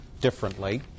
differently